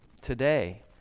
today